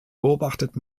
beobachtet